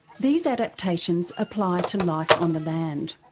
these adaptations apply to life on the land.